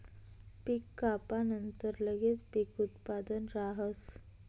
पीक कापानंतर लगेच पीक उत्पादन राहस